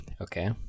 Okay